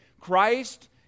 christ